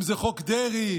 אם זה חוק דרעי.